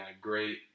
great